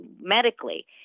medically